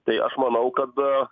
tai aš manau kad